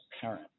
parent